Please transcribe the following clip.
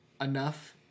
Enough